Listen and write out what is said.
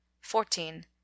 fourteen